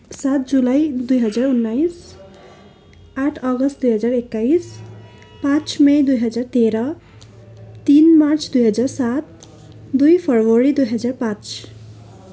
सात जुलाई दुई हजार उन्नाइस आठ अगस्ट दुई हजार एक्काइस पाँच मे दुई हजार तेह्र तिन मार्च दुई हजार सात दुई फब्रुअरी दुई हजार पाँच